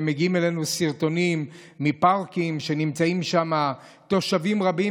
ומגיעים אלינו סרטונים מפארקים שנמצאים שם תושבים רבים,